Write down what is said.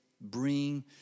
bring